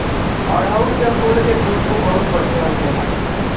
अढ़ऊल के फुल के खुशबू बहुत बढ़िया होखेला